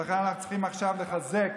לכן אנחנו צריכים עכשיו לחזק,